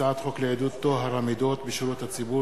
הצעת חוק לעידוד טוהר המידות בשירות הציבור